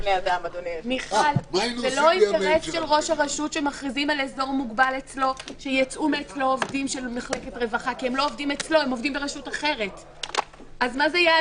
(הישיבה נפסקה בשעה 12:15 ונתחדשה בשעה 12:30.) אני פותח את הישיבה.